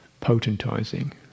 potentizing